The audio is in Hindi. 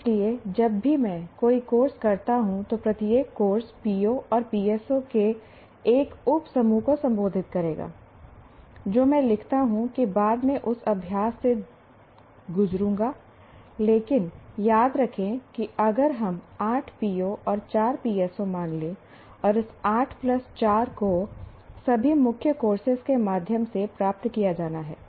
इसलिए जब भी मैं कोई कोर्स करता हूं तो प्रत्येक कोर्स PO और PSO के एक उपसमूह को संबोधित करेगा जो मैं लिखता हूं कि बाद में उस अभ्यास से गुजरूंगा लेकिन याद रखें कि अगर हम 8 PO और 4 PSO मान लें और इस 8 प्लस 4 को सभी मुख्य कोर्सेज के माध्यम से प्राप्त किया जाना है